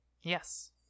Yes